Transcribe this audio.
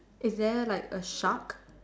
is there like a shark